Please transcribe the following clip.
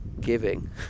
giving